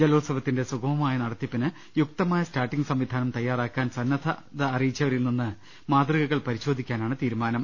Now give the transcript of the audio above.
ജലോ ത്സവത്തിന്റെ സുഗമമായ നടത്തിപ്പിന് യുക്തമായ സ്റ്റാർട്ടിംങ് സംവിധാനം തയ്യാറാക്കാൻ സന്നദ്ധത അറിയിച്ചവരിൽ നിന്ന് മാതൃകകൾ പരിശോധി ക്കാനാണ് തീരുമാനം